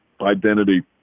identity